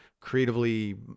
creatively